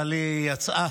אבל היא יצאה.